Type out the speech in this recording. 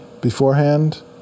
beforehand